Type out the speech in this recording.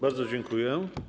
Bardzo dziękuję.